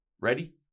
Ready